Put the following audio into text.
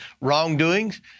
wrongdoings